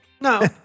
No